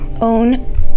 own